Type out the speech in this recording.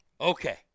Okay